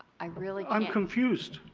i really i'm confused.